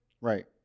Right